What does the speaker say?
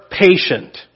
patient